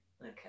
Okay